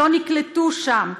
לא נקלטו שם,